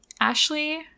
Ashley